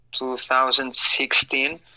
2016